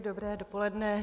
Dobré dopoledne.